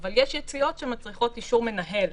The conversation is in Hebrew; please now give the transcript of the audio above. אבל יש יציאות שמצריכות אישור מנהל,